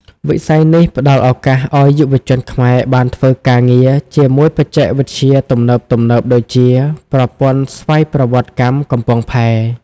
វិស័យនេះផ្តល់ឱកាសឱ្យយុវជនខ្មែរបានធ្វើការងារជាមួយបច្ចេកវិទ្យាទំនើបៗដូចជា ប្រព័ន្ធស្វ័យប្រវត្តិកម្មកំពង់ផែ។